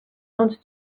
und